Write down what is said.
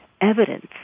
evidence